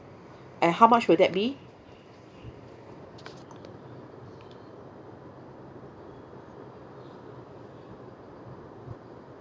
and how much will that be